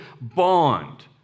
bond